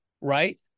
right